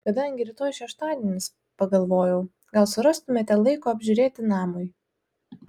kadangi rytoj šeštadienis pagalvojau gal surastumėte laiko apžiūrėti namui